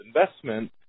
investment